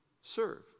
serve